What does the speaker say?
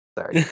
Sorry